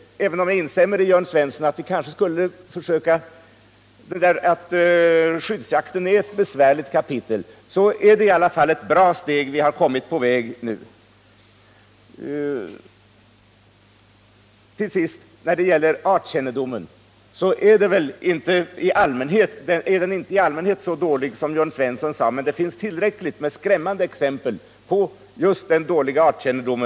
Även om jag håller med Jörn Svensson om att skyddsjakten är ett besvärligt kapitel, har vi nu i alla fall kommit en bra bit på väg. När det gäller artkännedomen är den i allmänhet inte så dålig som Jörn Svensson gjorde gällande, men det finns tillräckligt många skrämmande exempel på just dålig artkännedom.